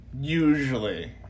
usually